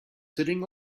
sitting